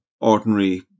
ordinary